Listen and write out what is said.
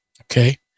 Okay